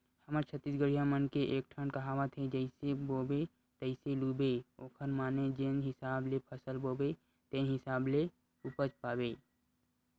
हमर छत्तीसगढ़िया मन के एकठन कहावत हे जइसे बोबे तइसने लूबे ओखर माने जेन हिसाब ले फसल बोबे तेन हिसाब ले उपज पाबे